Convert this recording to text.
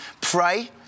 pray